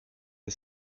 and